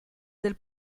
del